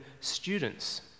students